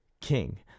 King